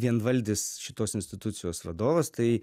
vienvaldis šitos institucijos vadovas tai